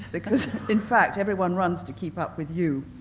because in fact everyone runs to keep up with you.